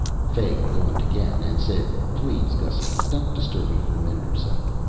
fay yawned again and said, please, gussy, don't disturb me for a minute or so.